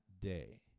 day